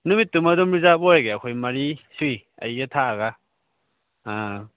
ꯅꯨꯃꯤꯠꯇꯨꯃ ꯑꯗꯨꯝ ꯔꯤꯖꯥꯔꯕ ꯑꯣꯏꯔꯒꯦ ꯑꯩꯈꯣꯏ ꯃꯔꯤ ꯁꯨꯏ ꯑꯩꯒ ꯊꯥꯔꯒ ꯑꯥ